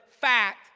fact